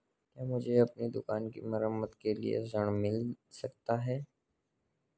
क्या मुझे अपनी दुकान की मरम्मत के लिए ऋण मिल सकता है?